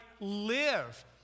live